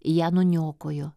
ją nuniokojo